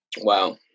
Wow